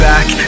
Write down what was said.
Back